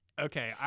Okay